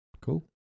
Cool